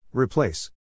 Replace